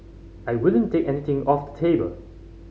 I wouldn't take anything off the table